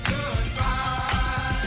Goodbye